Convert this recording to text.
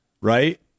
right